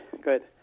Good